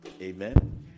Amen